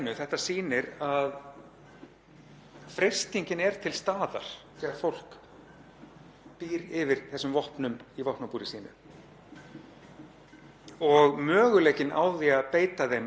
og möguleikinn á því að beita þeim er of geigvænlegur til að við sem siðað samfélag getum látið